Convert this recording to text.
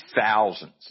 thousands